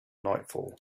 nightfall